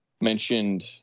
mentioned